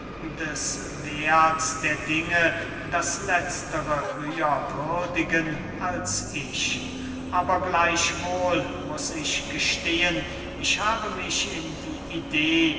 des werths der dinge das letztere höher würdigen als ich aber gleichwohl muß ich gestehen ich habe mich in die idee